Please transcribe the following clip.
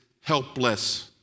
helpless